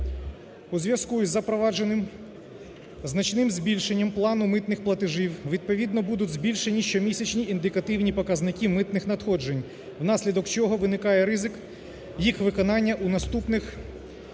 У зв'язку із запровадженим значним збільшенням плану митних платежів, відповідно будуть збільшені щомісячні індикативні показники митних надходжень, внаслідок чого виникає ризик їх виконання у наступних